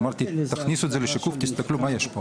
אמרתי, תכניסו את זה לשיקוף, תסתכלו מה יש פה.